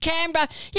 Canberra